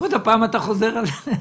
עוד פעם אתה חוזר על זה?